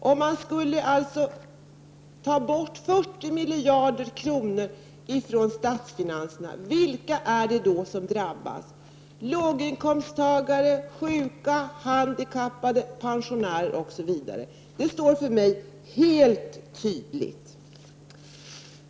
Om moderaterna skulle ta bort 40 miljarder kronor från statsfinanserna, vilka är det då som skulle drabbas? Jo, det är låginkomsttagare, sjuka, handikappade, pensionärer, osv. Det står helt klart för mig.